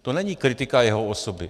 To není kritika jeho osoby.